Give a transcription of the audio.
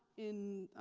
in